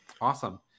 Awesome